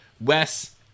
wes